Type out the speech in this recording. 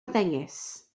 ddengys